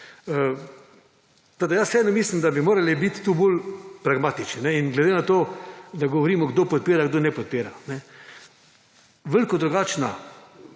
Tako jaz vseeno mislim, da bi morali biti tu bolj pragmatični. In glede na to, da govorimo, kdo podpira in kdo ne podpisa. Povsem drugačni